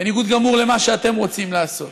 בניגוד גמור למה שאתם רוצים לעשות.